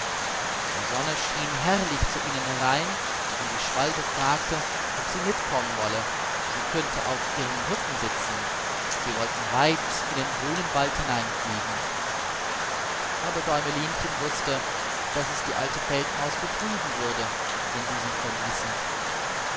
die sonne schien herrlich zu ihnen herein und die schwalbe fragte ob sie mitkommen wolle sie könnte auf ihrem rücken sitzen sie wollten weit in den grünen wald hineinfliegen aber däumelinchen wußte daß es die alte feldmaus betrüben würde wenn sie sie verließe